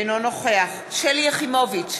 אינו נוכח שלי יחימוביץ,